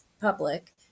public